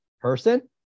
person